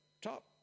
top